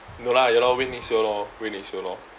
no lah ya lor wait next year lor wait next year lor